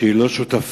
מכך שהיא לא שותפה,